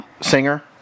singer